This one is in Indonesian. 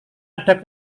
ada